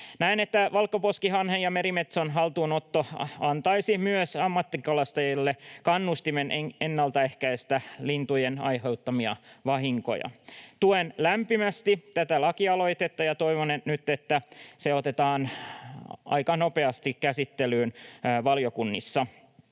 Näen, että valkoposkihanhen ja merimetson haltuunotto antaisi myös ammattikalastajille kannustimen ennaltaehkäistä lintujen aiheuttamia vahinkoja. Tuen lämpimästi tätä lakialoitetta ja toivon nyt, että se otetaan aika nopeasti käsittelyyn valiokunnissa.